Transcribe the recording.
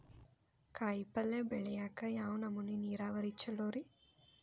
ಕಾಯಿಪಲ್ಯ ಬೆಳಿಯಾಕ ಯಾವ ನಮೂನಿ ನೇರಾವರಿ ಛಲೋ ರಿ?